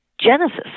Genesis